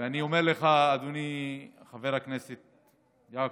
ואני אומר לך, אדוני חבר הכנסת יעקב,